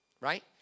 right